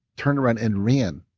turned around and ran,